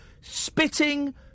spitting